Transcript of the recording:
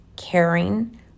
caring